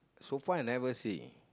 so far I never see